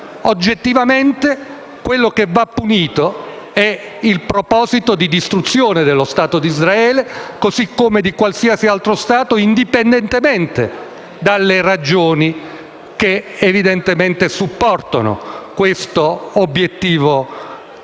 Oggettivamente, quello che va punito è il proposito di distruzione dello Stato di Israele così come di ogni altro Stato, indipendentemente dalle ragioni che supportano questo obiettivo criminale.